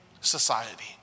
society